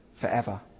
forever